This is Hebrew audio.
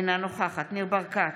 אינה נוכחת ניר ברקת,